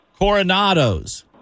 Coronados